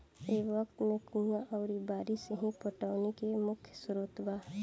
ए वक्त में कुंवा अउरी बारिस ही पटौनी के मुख्य स्रोत बावे